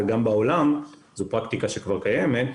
וגם בעולם זו פרקטיקה שכבר קיימת.